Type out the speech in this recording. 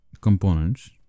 components